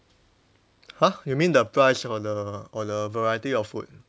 !huh! you mean the price or the or the variety of food